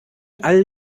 all